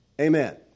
Amen